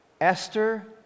Esther